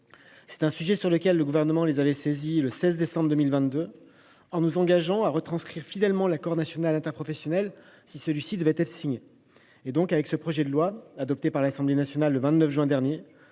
C’est un sujet sur lequel le Gouvernement les avait saisis le 16 décembre 2022, en s’engageant à transcrire fidèlement l’accord national interprofessionnel si celui ci venait à être signé. Avec le présent projet de loi, adopté par l’Assemblée nationale le 29 juin dernier,